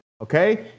okay